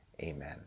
Amen